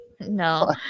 No